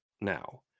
now